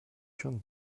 schon